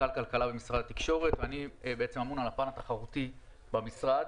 במשרד התקשורת ואני אמון על הפן התחרותי במשרד.